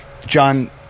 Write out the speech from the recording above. John